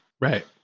right